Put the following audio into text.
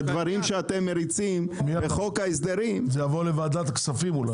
הדברים שאתם מריצים בחוק ההסדרים --- זה אולי יעבור לוועדת הכספים.